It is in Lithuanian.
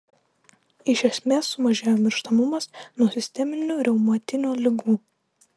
iš esmės sumažėjo mirštamumas nuo sisteminių reumatinių ligų